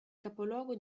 capoluogo